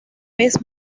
vez